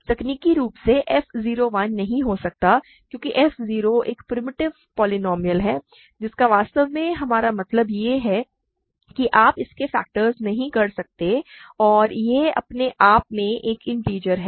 तकनीकी रूप से f 0 1 नहीं हो सकता क्योंकि f 0 एक प्रिमिटिव पोलीनोमिअल है जिसका वास्तव में हमारा मतलब यह है कि आप इसके फैक्टर नहीं कर सकते हैं और यह अपने आप में एक इन्टिजर है